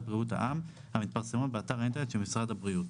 בריאות העם‏ המתפרסמות באתר האינטרנט של משרד הבריאות.